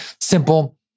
simple